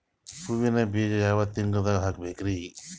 ಹೂವಿನ ಬೀಜ ಯಾವ ತಿಂಗಳ್ದಾಗ್ ಹಾಕ್ಬೇಕರಿ?